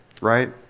right